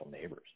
neighbors